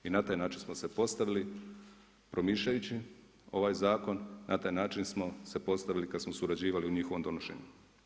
I na taj način smo se postavili promišljajući ovaj zakon, na taj način smo se postavili kad smo surađivali u njihovom donošenju.